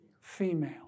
female